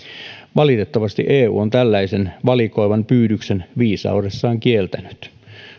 valitettavasti eu on tällaisen valikoivan pyydyksen viisaudessaan kieltänyt